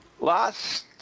Last